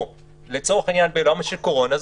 או לצורך העניין בעולם של קורונה,